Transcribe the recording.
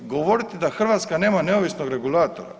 Govoriti da Hrvatska nema neovisnog regulatora?